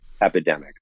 epidemic